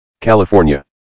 California